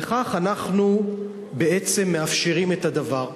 בכך אנחנו בעצם מאפשרים את הדבר.